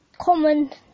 comment